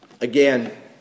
Again